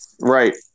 Right